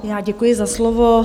Já děkuji za slovo.